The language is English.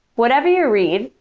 whatever you read,